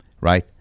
right